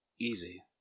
Easy